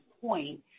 point